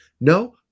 no